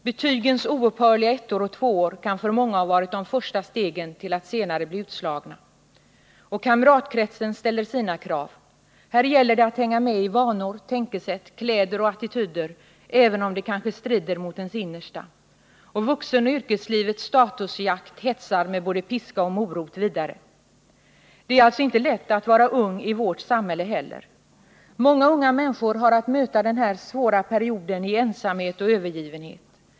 Betygens oupphörliga ettor och tvåor kan för många ha varit de första stegen till en senare utslagning. Kamratkretsen ställer sina krav. Här gäller det att hänga med i vanor, tänkesätt, kläder och attityder, även om det kanske strider mot ens innersta. Vuxenoch yrkeslivets statusjakt hetsar med både piska och morot vidare. Det är alltså inte lätt att vara ung i vårt samhälle heller. Många unga människor har att möta denna svåra period i ensamhet och övergivenhet.